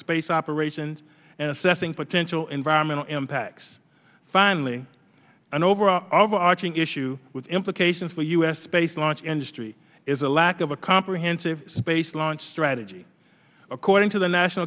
space operations and assessing potential environmental impacts finally an overall over arching issue with implications for us space launch industry is a lack of a comprehensive space launch strategy according to the national